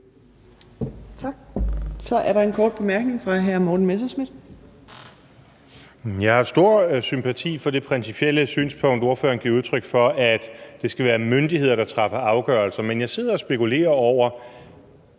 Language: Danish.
Tak. Så er der en kort bemærkning fra hr. Morten Messerschmidt.